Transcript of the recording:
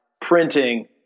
printing